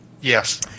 Yes